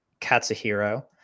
Katsuhiro